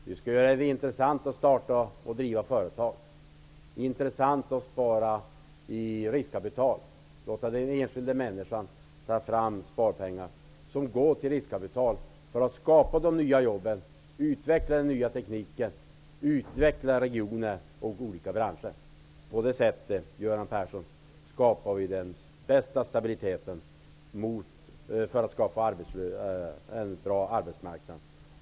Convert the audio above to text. Nu skall vi göra det intressant att starta och driva företag, att spara i riskkapital -- låta den enskilda människan ta fram sparpengar till riskkapital -- för att skapa de nya jobben, för att utveckla den nya tekniken, regioner och olika branscher. På det sättet, Göran Persson, skapas den bästa stabiliteten på en bra arbetsmarknad.